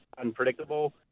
unpredictable